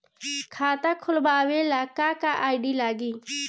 खाता खोलाबे ला का का आइडी लागी?